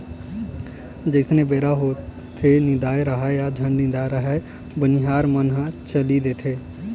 जइसने बेरा होथेये निदाए राहय या झन निदाय राहय बनिहार मन ह चली देथे